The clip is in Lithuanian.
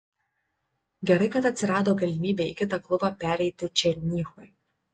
gerai kad atsirado galimybė į kitą klubą pereiti černychui